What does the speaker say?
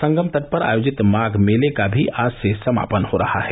संगम तट पर आयोजित माघ मेले का भी आज से समापन हो रहा है